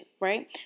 right